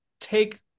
take